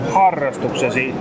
harrastuksesi